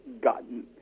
gotten